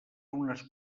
unes